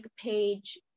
page